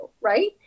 right